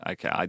Okay